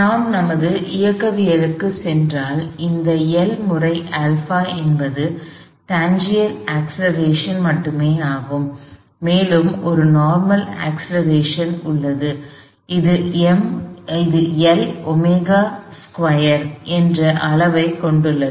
நாம் நமது இயக்கவியலுக்குச் சென்றால் இந்த L முறை α என்பது டான்சென்ஷியல் அக்ஸ்லெரேஷன் மட்டுமே ஆகும் மேலும் ஒரு நார்மல் அக்ஸ்லெரேஷன் உள்ளது இது Lω2 என்ற அளவைக் கொண்டுள்ளது